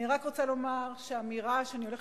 אני רק רוצה לומר שהאמירה שאני הולכת